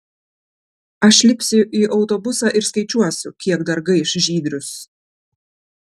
aš lipsiu į autobusą ir skaičiuosiu kiek dar gaiš žydrius